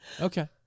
Okay